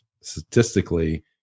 Statistically